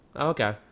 okay